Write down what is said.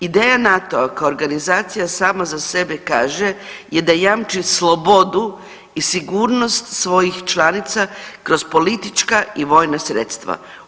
Ideja NATO-a kao organizacija sama za sebe kaže je da jamči slobodu i sigurnost svojih članica kroz politička i vojna sredstva.